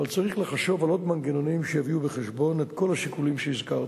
אבל צריך לחשוב על עוד מנגנונים שיביאו בחשבון את כל השיקולים שהזכרתי,